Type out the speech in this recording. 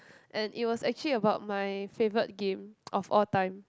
and it was actually about my favourite game of all time